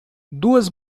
duas